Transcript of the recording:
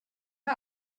her